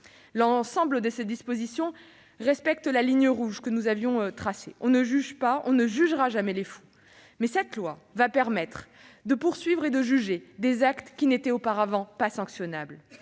L'ensemble de ces dispositions respectent la ligne rouge que nous avions tracée : on ne juge pas et on ne jugera jamais les fous. Cette loi permettra de poursuivre et de juger des actes qui n'étaient auparavant pas sanctionnables.